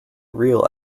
real